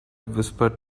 whispered